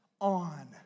on